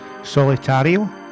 Solitario